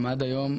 הם עד היום,